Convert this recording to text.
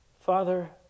Father